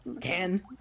Ten